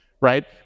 right